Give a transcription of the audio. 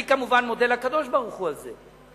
אני כמובן מודה לקדוש-ברוך-הוא על זה,